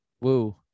Woo